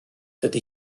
dydy